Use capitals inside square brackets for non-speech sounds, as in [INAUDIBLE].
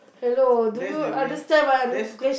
that's the main [NOISE] that's